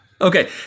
Okay